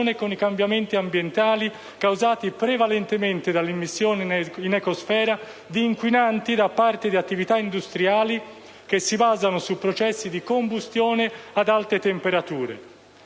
con i cambiamenti ambientali, causati prevalentemente dall'immissione in ecosfera di inquinanti da parte di attività industriali che si basano su processi di combustione ad alte temperature.